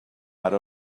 ara